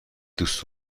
دوست